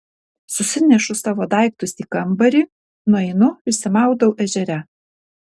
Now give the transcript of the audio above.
susinešu savo daiktus į kambarį nueinu išsimaudau ežere